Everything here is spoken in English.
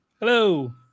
Hello